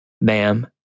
Ma'am